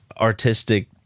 artistic